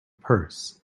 purse